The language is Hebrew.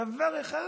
דבר אחד